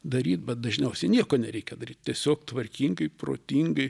daryt bet dažniausiai nieko nereikia daryt tiesiog tvarkingai protingai